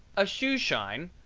a shoeshine,